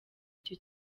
icyo